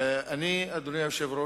אדוני היושב-ראש,